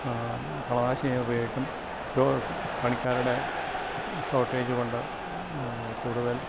കളനാശി ഞാൻ ഉപയോഗിക്കും പണിക്കാരുടെ ഷോർട്ടേജ് കൊണ്ട് കൂടുതൽ